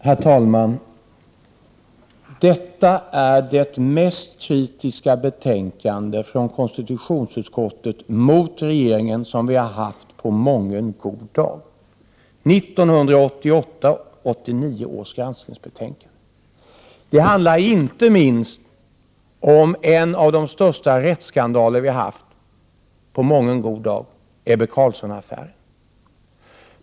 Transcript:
Herr talman! Detta är det mest kritiska betänkandet från konstitutionsutskottet mot regeringen som vi har haft på mången god dag — 1988/89 års granskningsbetänkande. Det handlar inte minst om en av de största rättsskandaler som vi har haft på mången god dag — Ebbe Carlsson-affären.